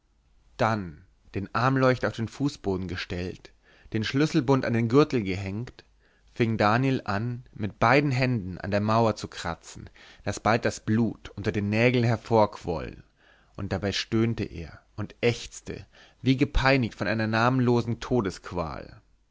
dann den armleuchter auf den fußboden gestellt den schlüsselbund an den gürtel gehängt fing daniel an mit beiden händen an der mauer zu kratzen daß bald das blut unter den nägeln hervorquoll und dabei stöhnte er und ächzte wie gepeinigt von einer namenlosen